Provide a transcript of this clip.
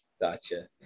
gotcha